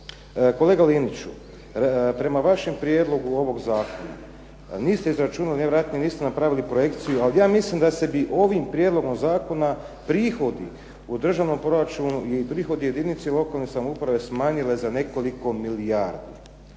kolega Liniću prema vašem prijedlogu ovog zakona, niste izračunali, najvjerojatnije niste napravili projekciju, ali ja mislim da bi se ovim prijedlogom zakona prihodi u držanom proračunu i prihodi jedinica lokalne samouprave smanjile za nekoliko milijardi.